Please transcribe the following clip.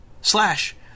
slash